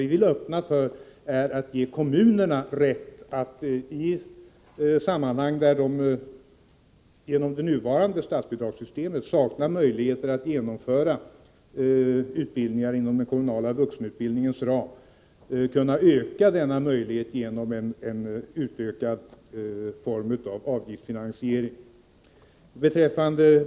Vi vill ge kommunerna rätt till en utökad avgiftsfinansiering i sammanhang, där de på grund av det nuvarande statsbidragssystemet saknar möjligheter att genomföra utbildningar inom den kommunala vuxenutbildningens ram. Beträffande betygsfrågan vill jag framhålla följande.